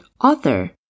author